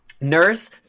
Nurse